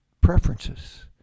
preferences